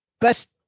best